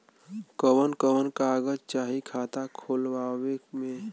कवन कवन कागज चाही खाता खोलवावे मै?